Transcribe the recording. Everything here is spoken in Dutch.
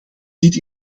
dit